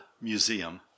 museum